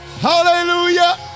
Hallelujah